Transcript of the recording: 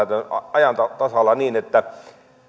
ajan tasalla niin että